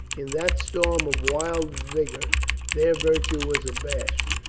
in that storm of wild vigor their virtue was abashed.